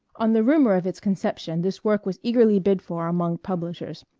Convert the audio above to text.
on the rumor of its conception this work was eagerly bid for among publishers,